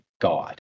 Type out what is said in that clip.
God